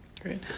Great